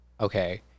okay